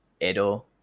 edo